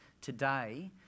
Today